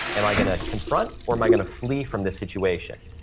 am i going to confront or am i going to flee from this situation?